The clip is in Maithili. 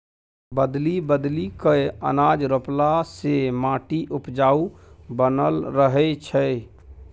बदलि बदलि कय अनाज रोपला से माटि उपजाऊ बनल रहै छै